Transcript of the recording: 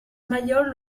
mayol